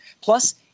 Plus